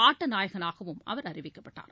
ஆட்டநாயகனாகவும் அவர் அறிவிக்கப்பட்டார்